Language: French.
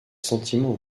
sentiments